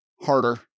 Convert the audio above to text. harder